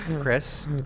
Chris